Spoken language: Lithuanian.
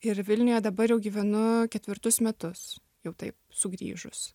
ir vilniuje dabar gyvenu ketvirtus metus jau taip sugrįžus